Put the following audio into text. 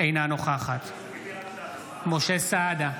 אינה נוכחת משה סעדה,